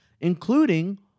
including